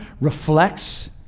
reflects